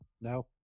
No